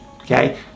Okay